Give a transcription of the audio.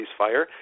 ceasefire